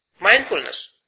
mindfulness